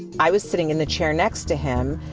i was sitting in the chair next to him.